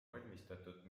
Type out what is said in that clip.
valmistatud